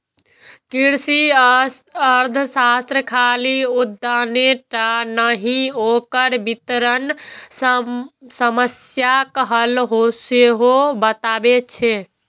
कृषि अर्थशास्त्र खाली उत्पादने टा नहि, ओकर वितरण समस्याक हल सेहो बतबै छै